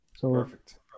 Perfect